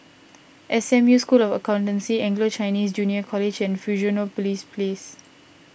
S M U School of Accountancy Anglo Chinese Junior College and Fusionopolis Place